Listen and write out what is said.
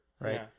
right